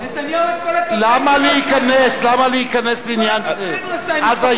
נתניהו את כל הקמפיין שלו עשה עם המשפחות השכולות.